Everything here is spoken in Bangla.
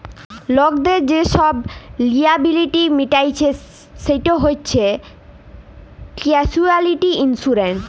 লকদের যে ছব লিয়াবিলিটি মিটাইচ্ছে সেট হছে ক্যাসুয়ালটি ইলসুরেলস